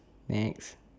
next